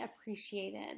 appreciated